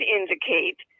indicate